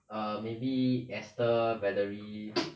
err maybe esther valerie